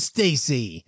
Stacy